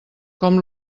com